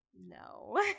No